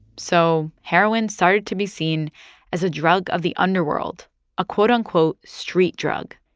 so heroin started to be seen as a drug of the underworld a quote, unquote, street drug.